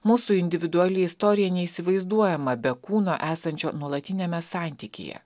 mūsų individuali istorija neįsivaizduojama be kūno esančio nuolatiniame santykyje